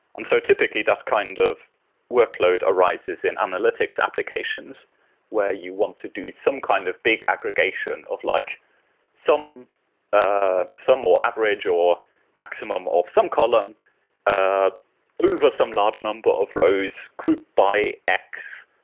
and so typically, that kind of workload arises in analytics applications where you want to do some kind of big aggregation of like some ah some more average or maximum of some column ah over some large number of rows group by x